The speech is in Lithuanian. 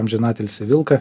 amžinatilsį vilką